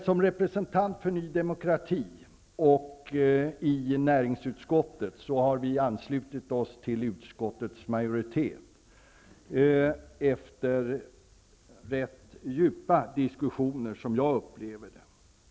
Som representant för Ny demokrati i näringsutskottet har jag anslutit mig till utskottets majoritet, efter rätt djupa diskussioner, som jag upplever det.